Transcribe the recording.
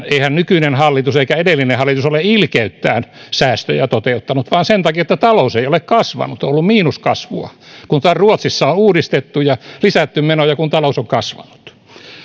eihän nykyinen hallitus eikä edellinen hallitus ole ilkeyttään säästöjä toteuttanut vaan sen takia että talous ei ole kasvanut on ollut miinuskasvua kun taas ruotsissa on uudistettu ja lisätty menoja kun talous on kasvanut